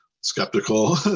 skeptical